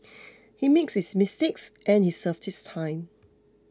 he made his mistakes and he served his time